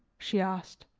she asked.